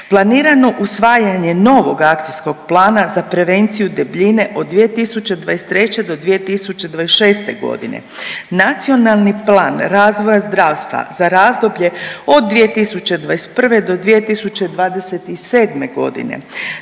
planirano usvajanje novog akcijskog plana za prevenciju debljine od 2023. do 2026.g., Nacionalni plan razvoja zdravstva za razdoblje od 2021. do 2027.g.,